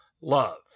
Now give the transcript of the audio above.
love